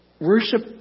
worship